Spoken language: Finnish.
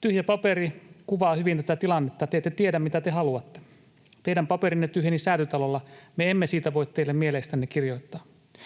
Tyhjä paperi kuvaa hyvin tätä tilannetta. Te ette tiedä, mitä te haluatte. Teidän paperinne tyhjeni Säätytalolla. Me emme siitä voi teille mieleistänne kirjoittaa.